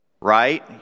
right